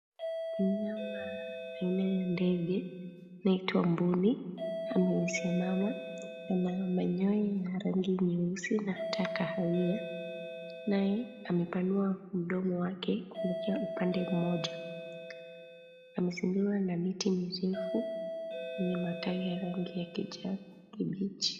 Mnyama aina ya ndege, anaitwa mbuni, amesimama, anayo manyonya ya rangi nyeusi, na hata kahawia, naye amepanua mdomo wake, kuelekea upande mmoja. Amezuiliwa na miti mirefu, yenye matawi ya rangi ya kijani kibichi.